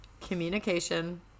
communication